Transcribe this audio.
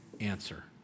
answer